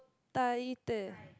Thai teh